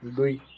दुई